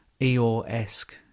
Eeyore-esque